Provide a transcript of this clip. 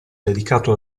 dedicato